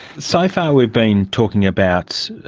so far we've been talking about